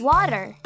Water